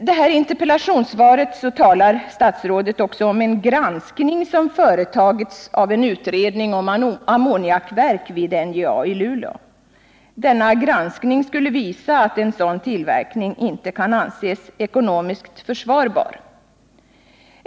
I interpellationssvaret talar statsrådet om en granskning som företagits av en utredning om ammoniakverk vid NJA i Luleå. Denna skulle visa att en sådan tillverkning inte kan anses ekonomiskt försvarbar.